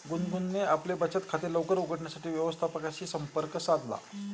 गुनगुनने आपले बचत खाते लवकर उघडण्यासाठी व्यवस्थापकाशी संपर्क साधला